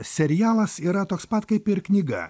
serialas yra toks pat kaip ir knyga